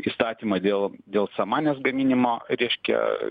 įstatymą dėl dėl samanės gaminimo reiškia